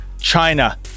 China